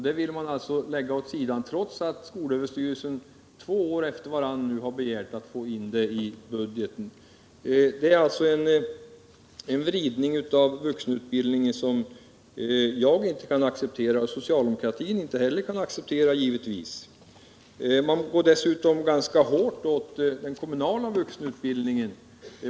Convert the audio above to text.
Den vill man alltså lägga åt sidan trots att skolöverstyrelsen för andra gången har begärt att få in den i budgeten. Det är en vridning av vuxenutbildningen som jag inte kan acceptera, och det kan givetvis inte heller socialdemokratin. Man går dessutom ganska hårt åt den kommunala vuxenutbildningen.